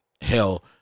hell